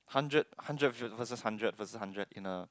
hundred hundred ver~ versus hundred versus hundred in a